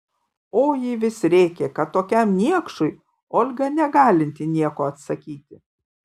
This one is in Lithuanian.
o ji vis rėkė kad tokiam niekšui olga negalinti nieko atsakyti